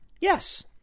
Yes